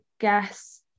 guess